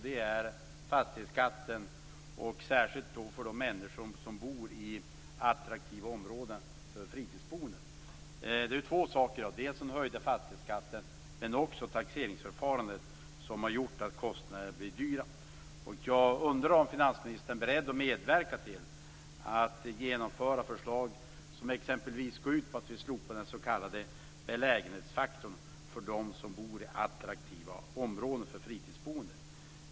Det är fastighetsskatten - särskilt för de människor som bor i områden som är attraktiva för fritidsboende. Det handlar om två saker. Det handlar om den höjda fastighetsskatten. Men det handlar också om taxeringsförfarandet som har gjort att kostnaderna blir höga. Jag undrar om finansministern är beredd att medverka till att genomföra förslag som exempelvis går ut på att vi slopar den s.k. belägenhetsfaktorn för dem som bor i områden som är attraktiva för fritidsboende.